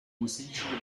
musikschule